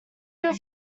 good